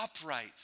upright